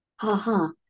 Ha-ha